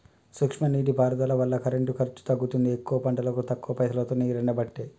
సూక్ష్మ నీటి పారుదల వల్ల కరెంటు ఖర్చు తగ్గుతుంది ఎక్కువ పంటలకు తక్కువ పైసలోతో నీరెండబట్టే